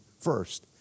first